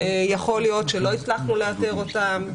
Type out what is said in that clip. יכול להיות שלא הצלחנו לאתר אותם,